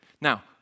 Now